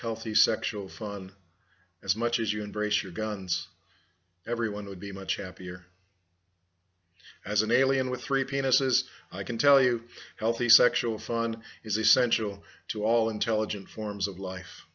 healthy sexual fun as much as you embrace your guns everyone would be much happier as an alien with three penises i can tell you healthy sexual fun is essential to all intelligent forms of life